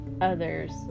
others